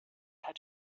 hat